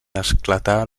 esclatar